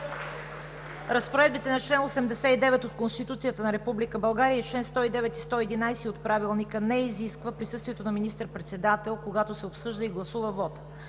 Разпоредбите на чл. 89 от Конституцията на Република България и членове 109 и 111 от Правилника не изискват присъствието на министър-председател, когато се обсъжда и гласува вот.